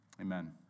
Amen